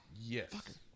Yes